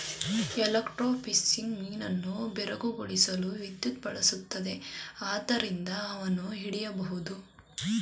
electrofishing ಮೀನನ್ನು ಬೆರಗುಗೊಳಿಸಲು ವಿದ್ಯುತ್ ಬಳಸುತ್ತದೆ ಆದ್ರಿಂದ ಅವನ್ನು ಹಿಡಿಬೋದು